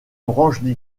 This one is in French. branche